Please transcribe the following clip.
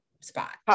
spot